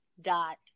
dot